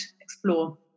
explore